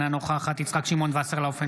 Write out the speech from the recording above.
אינה נוכחת יצחק שמעון וסרלאוף,